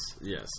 yes